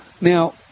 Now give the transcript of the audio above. Now